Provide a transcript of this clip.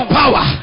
power